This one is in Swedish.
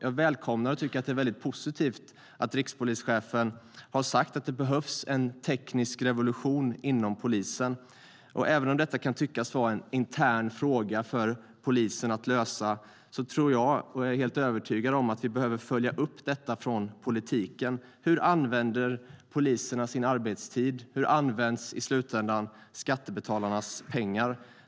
Jag välkomnar och tycker att det är väldigt positivt att rikspolischefen har sagt att det behövs en teknisk revolution inom polisen. Även om detta kan tyckas vara en intern fråga för polisen att lösa är jag helt övertygad om att vi behöver följa upp detta från politiken. Hur använder poliserna sin arbetstid? Hur används i slutändan skattebetalarnas pengar?